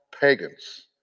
pagans